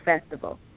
Festival